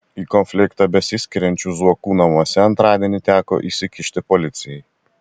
į konfliktą besiskiriančių zuokų namuose antradienį teko įsikišti policijai